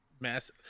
mass